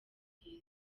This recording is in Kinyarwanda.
bwiza